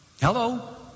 Hello